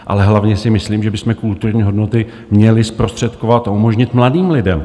Ale hlavně si myslím, že bychom kulturní hodnoty měli zprostředkovat a umožnit mladým lidem.